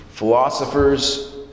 Philosophers